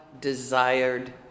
desired